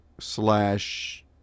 slash